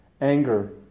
anger